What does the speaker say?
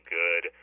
good